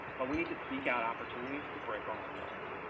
but we need to seek out opportunities to break our own molds.